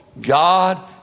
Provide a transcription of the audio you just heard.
God